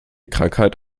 krankheit